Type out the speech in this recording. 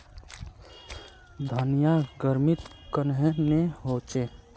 धनिया गर्मित कन्हे ने होचे?